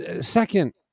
Second